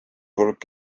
hulk